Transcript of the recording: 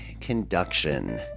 conduction